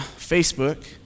Facebook